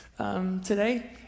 today